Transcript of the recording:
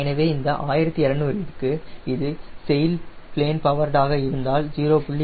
எனவே இந்த 1200 ற்கு இது செயில் ப்ளேன் பவர்டு ஆக இருந்தால் 0